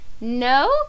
No